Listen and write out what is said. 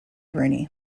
rooney